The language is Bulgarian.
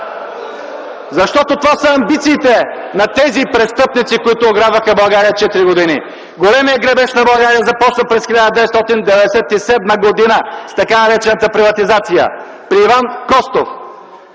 Защото това са амбициите на тези престъпници, които ограбваха България четири години. Големият грабеж на България започна през 1997 г. с така наречената приватизация при Иван Костов.